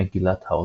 "מגילת העוצמה".